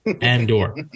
Andor